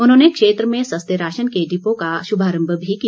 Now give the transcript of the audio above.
उन्होंने क्षेत्र में सस्ते राशन के डिपो का भी शुभारम्भ किया